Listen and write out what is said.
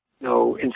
no